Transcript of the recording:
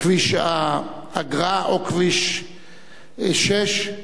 כבוד האדם וחירותו (שוויון בין המינים)